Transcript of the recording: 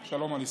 ושלום על ישראל.